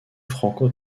franco